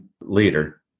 leader